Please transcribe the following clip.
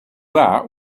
that